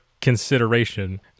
consideration